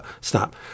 stop